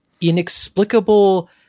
inexplicable